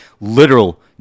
Literal